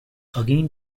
again